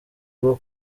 bwo